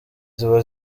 ziba